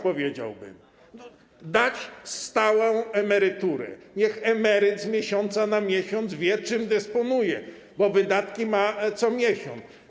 Powiedziałbym: dać stałą emeryturę, niech emeryt z miesiąca na miesiąc wie, czym dysponuje, bo wydatki ma co miesiąc.